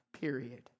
period